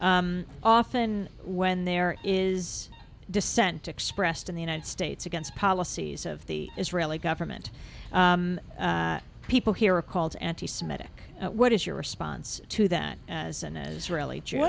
that often when there is dissent expressed in the united states against policies of the israeli government people here are called anti semitic what is your response to that as an israeli